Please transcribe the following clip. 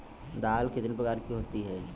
दाल कितने प्रकार की होती है?